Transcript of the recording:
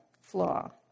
flaw